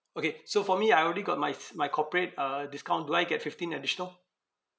okay so for me I already got my s~ my corporate uh discount do I get fifteen additional